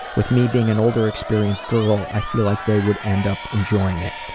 with me being an older experienced girl, i feel like they would end up enjoying it.